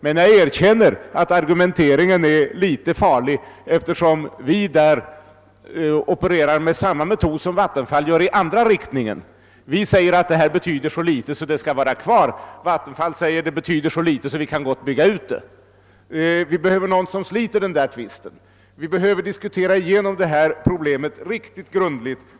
Men jag erkänner att argumenteringen är litet farlig, eftersom vi där opererar med samma metod som Vattenfall gör i andra riktningen; vi säger att det betyder så litet av krafttillskott att det skall få vara kvar, medan Vattenfall hävdar, att det betyder så litet ur arealsynpunkt ati vi gott kan göra en utbyggnad. Vi behöver någon som löser denna tvist. Vi behöver diskutera igenom problemet riktigt grundligt.